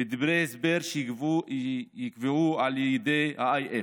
ודברי הסבר שייקבעו על ידי ה-IF.